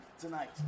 tonight